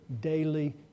daily